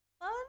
fun